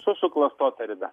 su suklastota rida